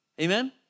Amen